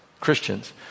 Christians